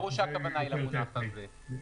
ברור שהכוונה היא למונח הזה.